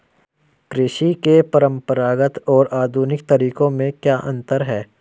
कृषि के परंपरागत और आधुनिक तरीकों में क्या अंतर है?